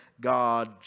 God